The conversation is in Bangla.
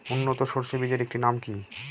উন্নত সরষে বীজের একটি নাম কি?